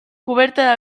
coberta